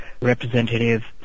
representative